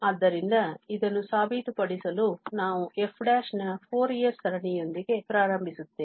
ಆದ್ದರಿಂದ ಇದನ್ನು ಸಾಬೀತುಪಡಿಸಲು ನಾವು f ನ ಫೋರಿಯರ್ ಸರಣಿಯೊಂದಿಗೆ ಪ್ರಾರಂಭಿಸುತ್ತೇವೆ